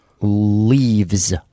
leaves